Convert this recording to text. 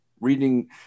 reading